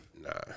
Nah